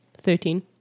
Thirteen